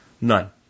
None